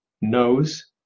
nose